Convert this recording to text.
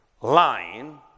line